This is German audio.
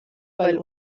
weil